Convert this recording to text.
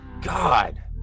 God